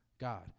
God